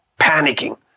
panicking